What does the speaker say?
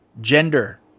gender